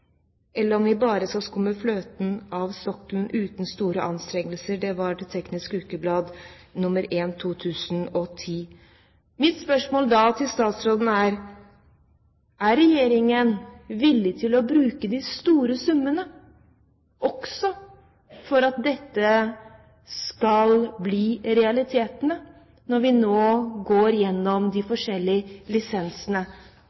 eller om vi bare skal skumme fløten på sokkelen – uten store anstrengelser.» Det var til Industri Energi. Mitt spørsmål til statsråden er: Er regjeringen villig til å bruke de store summene for at dette også skal bli realitetene når vi nå går gjennom de